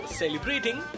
celebrating